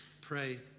pray